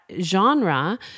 genre